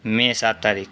मे सात तारिक